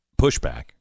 pushback